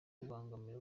kubangamira